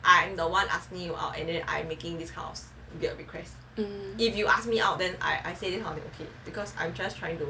I